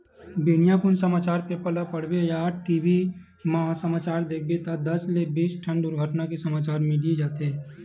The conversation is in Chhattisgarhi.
बिहनिया कुन समाचार पेपर ल पड़बे या टी.भी म समाचार देखबे त दस ले बीस ठन दुरघटना के समाचार मिली जाथे